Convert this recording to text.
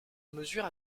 mesure